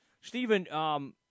Stephen